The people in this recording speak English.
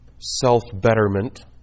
self-betterment